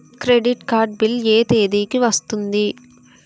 Credit card bill ఎ తేదీ కి వస్తుంది?